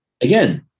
Again